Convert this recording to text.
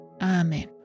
Amen